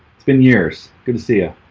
it's been years. good to see you